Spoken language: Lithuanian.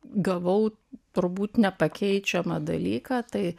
gavau turbūt nepakeičiamą dalyką tai